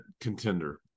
contender